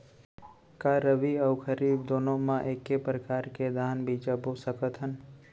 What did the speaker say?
का रबि अऊ खरीफ दूनो मा एक्के प्रकार के धान बीजा बो सकत हन?